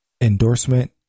Endorsement